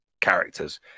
characters